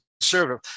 conservative